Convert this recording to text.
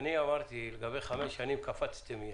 אני אמרתי לגבי חמש שנים וקפצתם.